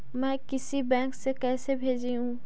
मैं किसी बैंक से कैसे भेजेऊ